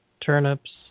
turnips